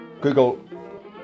google